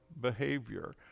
behavior